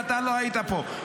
אתה לא הייתה פה,